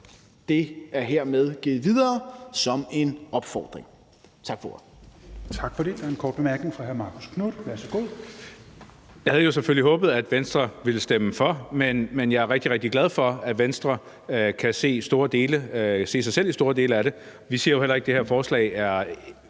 Det er hermed givet videre som en opfordring.